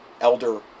elder